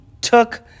took